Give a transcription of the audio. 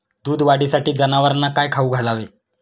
दूध वाढीसाठी जनावरांना काय खाऊ घालावे?